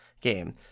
game